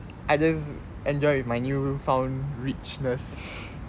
I just enjoy with my new found richness